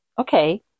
Okay